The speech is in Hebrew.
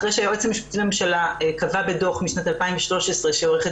אחרי שהיועץ המשפטי לממשלה קבע בדוח משנת 2013 שעורכת